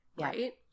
right